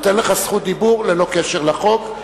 אני נותן לך זכות דיבור ללא קשר לחוק,